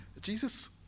Jesus